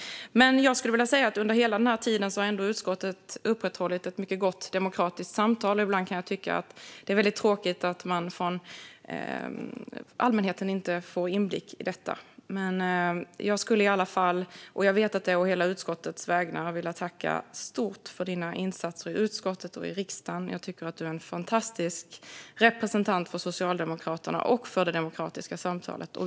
Men jag skulle vilja säga att utskottet under hela denna tid har upprätthållit ett mycket gott demokratiskt samtal. Ibland kan jag tycka att det är väldigt tråkigt att allmänheten inte får inblick i detta. Jag skulle i alla fall - och jag vet att det är å hela utskottets vägnar - vilja säga: Stort tack för dina insatser i utskottet och i riksdagen! Jag tycker att du är en fantastisk representant för Socialdemokraterna och för det demokratiska samtalet.